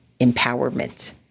empowerment